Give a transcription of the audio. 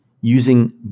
Using